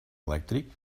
elèctric